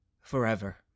forever